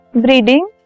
breeding